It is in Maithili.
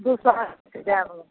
दू सए अस्सी दाइ देब